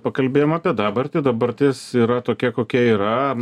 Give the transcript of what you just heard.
pakalbėjom apie dabartį dabartis yra tokia kokia yra